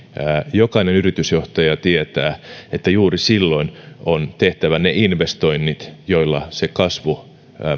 jokainen yritysjohtaja tietää että juuri silloin on tehtävä ne investoinnit joilla se kasvu